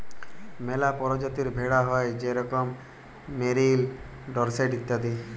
ম্যালা পরজাতির ভেড়া হ্যয় যেরকম মেরিল, ডরসেট ইত্যাদি